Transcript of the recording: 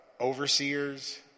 overseers